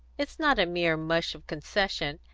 it's not a mere mush of concession,